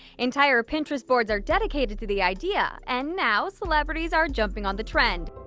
entire pinterest boards are dedicated to the idea and now celebrities are jumping on the trend.